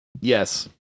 yes